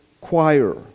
choir